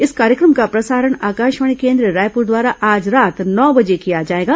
इस कार्यक्रम का प्रसारण आकाशवाणी केन्द्र रायपूर द्वारा आज रात नौ बजे किया जाएगा